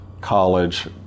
college